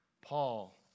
Paul